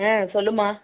ஆ சொல்லும்மா